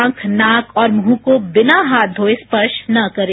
आंख नाक और मुंह को बिना हाथ धोये स्पर्श न करें